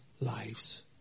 lives